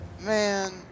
Man